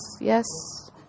yes